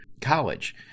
college